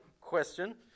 question